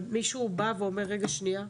מישהו בא ואומר רגע: שנייה,